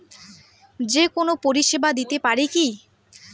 যে কোনো পরিষেবা দিতে পারি কি?